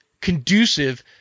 conducive